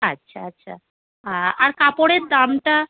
আচ্ছা আচ্ছা আর কাপড়ের দামটা